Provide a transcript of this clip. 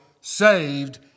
saved